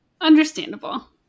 Understandable